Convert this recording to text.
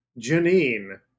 Janine